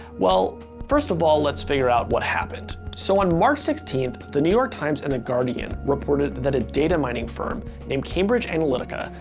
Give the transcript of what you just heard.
well, first of all, let's figure out what happened. so on march sixteenth, the new york times and the guardian reported that a data mining firm named cambridge analytica,